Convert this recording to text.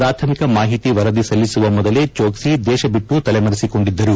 ಪ್ರಾಥಮಿಕ ಮಾಹಿತಿ ವರದಿ ಸಲ್ಲಿಸುವ ಮೊದಲೇ ಚೋಕ್ಲಿ ದೇಶ ಬಿಟ್ಟು ತಲೆಮರೆಸಿಕೊಂಡಿದ್ದರು